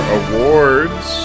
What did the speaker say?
awards